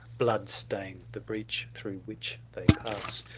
bloodstain the breach through which they pass.